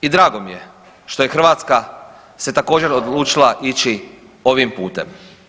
I drago mi je što je Hrvatska se također, odlučila ići ovim putem.